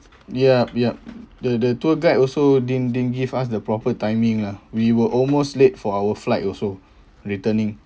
yup yup the the tour guide also didn't didn't give us the proper timing lah we were almost late for our flight also returning